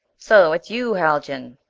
so it is you, haljan!